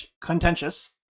contentious